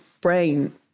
brain